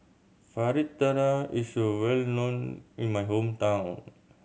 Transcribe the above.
fritada is a well known in my hometown